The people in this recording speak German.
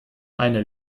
eine